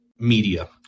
media